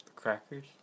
Crackers